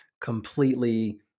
completely